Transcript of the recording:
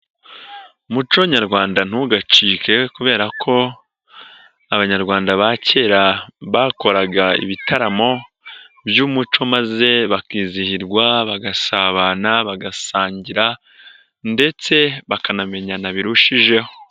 Umuco nyarwanda ntugacike kubera ko Abanyarwanda ba kera bakoraga ibitaramo by'umuco maze bakizihirwa, bagasabana, bagasangira ndetse bakanamenyana birushijeho.